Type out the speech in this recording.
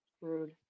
Rude